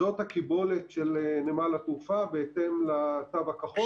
זאת הקיבולת של נמל התעופה בהתאם לתו הכחול.